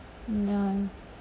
ya